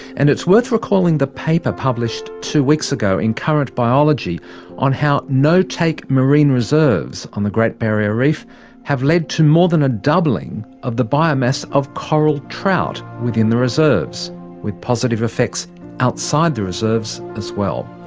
and it's worth recalling the paper published two weeks in current biology on how no-take marine reserves on the great barrier reef have led to more than a doubling of the biomass of coral trout within the reserves with positive effects outside the reserves as well.